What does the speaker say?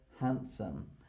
handsome